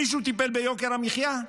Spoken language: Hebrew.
מישהו טיפל ביוקר המחיה?